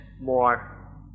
more